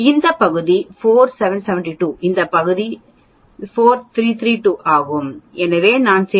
இந்த பகுதி 4772 இந்த பகுதி 4332 ஆகும் எனவே நான் சேர்க்கிறேன்